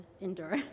endure